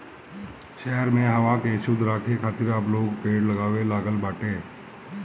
शहर में हवा के शुद्ध राखे खातिर अब लोग पेड़ लगावे लागल बाटे